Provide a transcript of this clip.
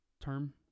term